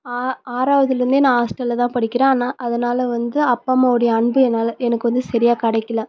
ஆ ஆறாவதில் இருந்தே நான் ஹாஸ்ட்டலில் தான் படிக்கிறேன் ஆனால் அதனால் வந்து அப்பா அம்மாவுடைய அன்பு என்னால் எனக்கு வந்து சரியாக கிடைக்கல